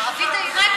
הערבית העיראקית,